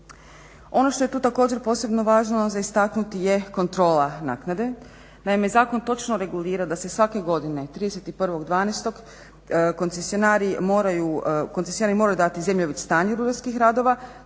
Ono što je tu također posebno važno za istaknuti je kontrola naknade. Naime, zakon točno regulira da se svake godine 31.12. koncesionari moraju dati zemljovid stanja rudarskih radova,